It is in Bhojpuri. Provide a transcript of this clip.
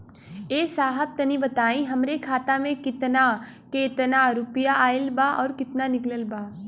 ए साहब तनि बताई हमरे खाता मे कितना केतना रुपया आईल बा अउर कितना निकलल बा?